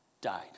died